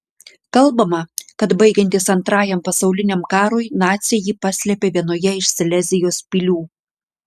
kalbama kad baigiantis antrajam pasauliniam karui naciai jį paslėpė vienoje iš silezijos pilių